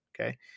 Okay